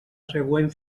següent